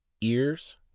ears